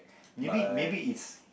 maybe maybe is